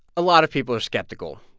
a lot of people are skeptical.